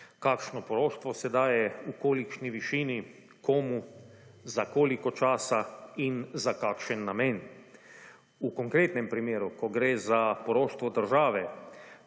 kakšno poroštvo se daje, v kolikšni višini, komu, za koliko časa in za kakšen namen. V konkretnem primeru, ko gre za poroštvo države,